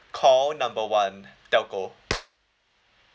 call number one telco